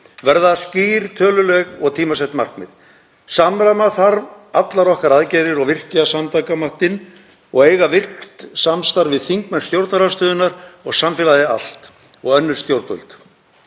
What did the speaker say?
Verða skýr töluleg og tímasett markmið? Samræma þarf allar okkar aðgerðir og virkja samtakamáttinn og eiga virkt samstarf við þingmenn stjórnarandstöðunnar og samfélagið allt og önnur stjórnvöld,